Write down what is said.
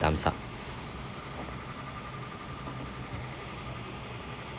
time's up